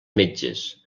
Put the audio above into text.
metges